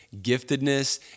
giftedness